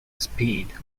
speed